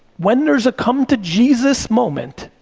when there's a come to jesus moment,